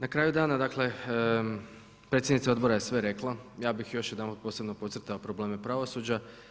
Na kraju dana dakle predsjednica odbora je sve rekla, ja bih još jedanput posebno podcrtao probleme pravosuđa.